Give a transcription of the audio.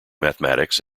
mathematics